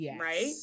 Right